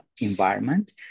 environment